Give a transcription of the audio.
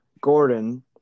Gordon